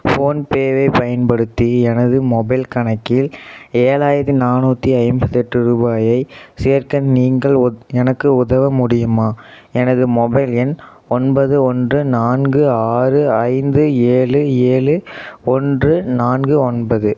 PhonePe பயன்படுத்தி எனது mobile கணக்கில் ஏழாயிரத்தி நாநூற்றி ஐம்பத்தெட்டு ரூபாயை சேர்க்க நீங்கள் ஒத் எனக்கு உதவ முடியுமா எனது மொபைல் எண் ஒன்பது ஒன்று நான்கு ஆறு ஐந்து ஏழு ஏழு ஒன்று நான்கு ஒன்பது